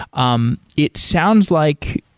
um it sounds like,